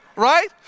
right